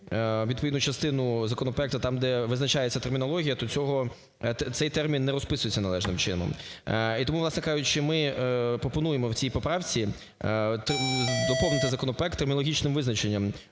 відповідну частину законопроекту, там, де визначається термінологія, то цей термін не розписується належним чином. І тому, власне кажучи, ми пропонуємо в цій поправці доповнити законопроект термінологічним визначенням